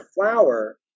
flower